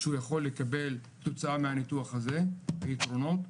שהוא יכול לקבל כתוצאה מניתוח הזה, היתרונות.